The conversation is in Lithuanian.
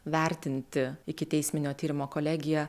vertinti ikiteisminio tyrimo kolegija